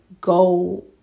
go